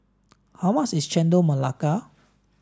how much is Chendol Melaka